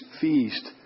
feast